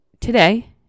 today